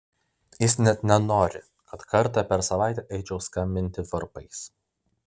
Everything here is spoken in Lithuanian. jis net nenori kad kartą per savaitę eičiau skambinti varpais